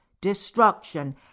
destruction